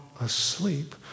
asleep